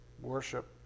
worship